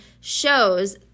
shows